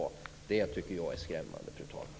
Det tycker jag är skrämmande, fru talman.